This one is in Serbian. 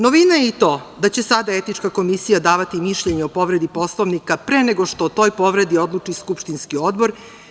Novina je i to će da će sada etička komisija davati mišljenje o povredi Poslovnika pre nego što o toj povredi odluči skupštinski odbor.